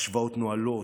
השוואות נואלות,